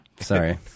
Sorry